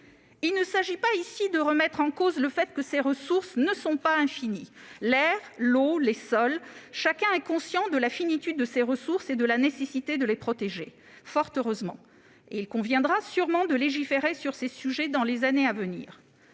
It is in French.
Il ne s'agit pas ici de remettre en cause le fait que ces ressources ne sont pas infinies. L'air, l'eau, les sols : chacun est conscient de la finitude de ces ressources et de la nécessité de les protéger, fort heureusement. Il conviendra sûrement de légiférer sur ces sujets dans les années à venir.